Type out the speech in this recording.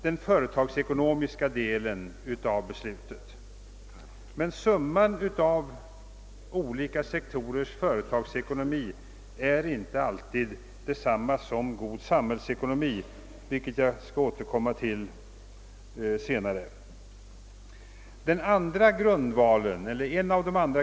Men summan av goda företagsekonomiska resultat inom olika enskilda sektorer är inte alltid detsamma som ett gott samhällsekonomiskt utbyte, vilket jag senare skall återkomma till.